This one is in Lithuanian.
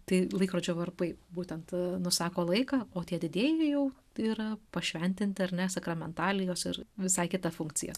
tai laikrodžio varpai būtent nusako laiką o tie didieji jau yra pašventinti ar ne sakramentalijos ir visai kita funkcija